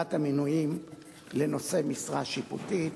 לוועדת המינויים לנושאי משרה שיפוטית,